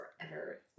forever